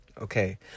okay